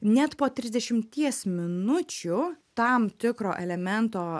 net po trisdešimties minučių tam tikro elemento